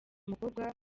mukobwa